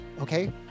okay